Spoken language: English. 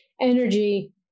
energy